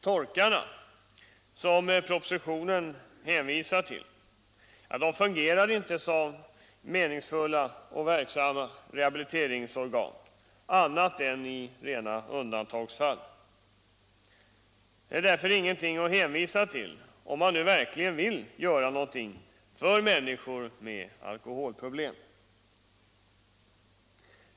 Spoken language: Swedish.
”Torkarna”, som propositionen hänvisar till, fungerar inte som meningsfulla och verksamma rehabiliteringsorgan annat än i rena undantagsfall. Det är därför ingenting att hänvisa till om man nu verkligen vill göra någonting för människor med alkoholproblem.